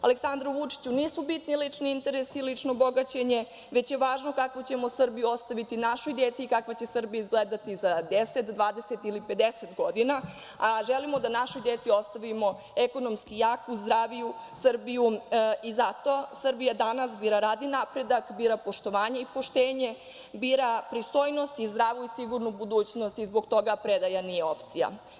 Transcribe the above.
Aleksandru Vučiću nisu bitni lični interesi, lično bogaćenje, već je važno kako ćemo Srbiju ostaviti našoj deci i kakva će Srbija izgledati za 10, 20 ili 50 godina, a želimo da našoj deci ostavimo ekonomski jaku, zdraviju Srbiju i zato Srbija danas bira rad i napredak, bira poštovanje i poštenje, bira pristojnost i zdravu i sigurnu budućnost i zbog toga predaja nije opcija.